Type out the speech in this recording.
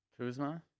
Kuzma